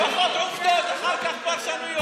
אחר כך פרשנויות.